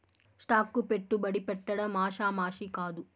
stock కు పెట్టుబడి పెట్టడం ఆషామాషీ కాదు